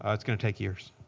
ah it's going to take years.